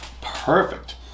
perfect